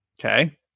Okay